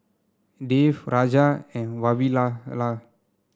Dev Raja and Vavilala